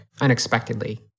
unexpectedly